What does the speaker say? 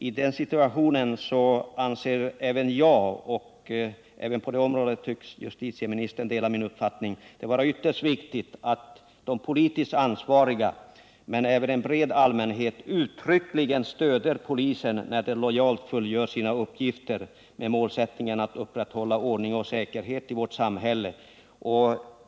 I den situationen anser jag det vara ytterst viktigt att de politiskt ansvariga, men även en bred allmänhet, uttryckligen stöder poliserna när de lojalt fullgör sina uppgifter med målsättningen att upprätthålla ordning och säkerhet i vårt samhälle. Även på det området tycks justitieministern dela min uppfattning.